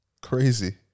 Crazy